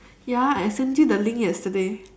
ya I sent you the link yesterday